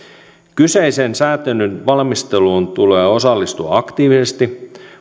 kyseisen sääntelyn valmisteluun tulee osallistua aktiivisesti